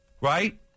right